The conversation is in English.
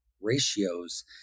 ratios